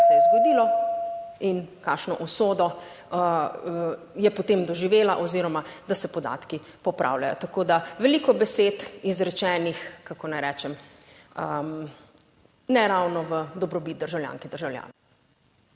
se je zgodilo in kakšno usodo je potem doživela oziroma da se podatki popravljajo, tako da veliko besed izrečenih, kako naj rečem, ne ravno v dobrobit državljank in državljanov.